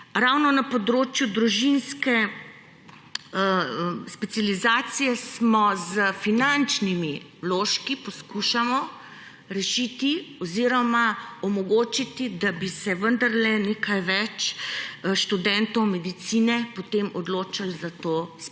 Ravno na področju družinske specializacije s finančnimi vložki poskušamo rešiti oziroma omogočiti, da bi se vendarle nekaj več študentov medicine potem odločilo za to specializacijo.